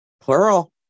Plural